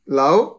love